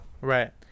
Right